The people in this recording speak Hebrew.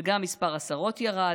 וגם מספר השרות ירד,